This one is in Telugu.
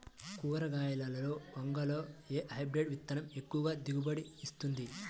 కూరగాయలలో వంగలో ఏ హైబ్రిడ్ విత్తనం ఎక్కువ దిగుబడిని ఇస్తుంది?